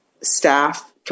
staff